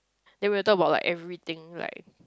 then we will talk about like everything like